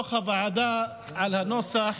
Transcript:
בתוך הוועדה לנוסח